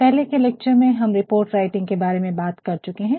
पहले के लेक्चर में हम रिपोर्ट राइटिंग के बारे में बात कर चुके है